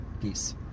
Peace